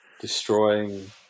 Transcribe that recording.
destroying